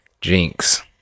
Jinx